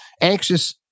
anxious